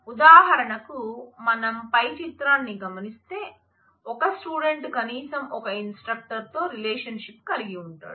ఉదాహరణకు మనం పై చిత్రాన్ని గమనిస్తే ఒక స్టూడెంట్ కనీసం ఒక ఇన్స్ట్రక్టర్ తో రిలేషన్షిప్ కలిగి ఉంటాడు